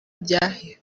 rya